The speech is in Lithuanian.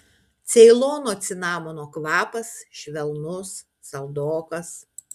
ceilono cinamono kvapas švelnus saldokas